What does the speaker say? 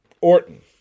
Orton